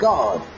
God